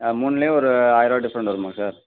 ஆ மூணுலேயும் ஒரு ஆயர ரூபா டிஃப்ரெண்ட் வருமா சார்